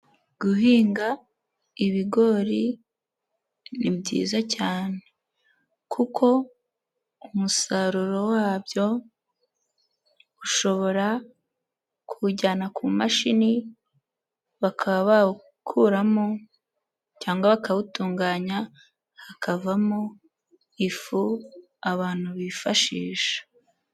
Guhinga ibigori ni byiza cyane kuko umusaruro wabyo ushobora kuwujyana ku mashini bakaba bawukuramo cyangwa bakawutunganya hakavamo ifu abantu bifashisha.